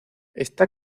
está